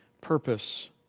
purpose